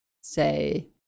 say